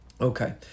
Okay